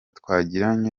twagiranye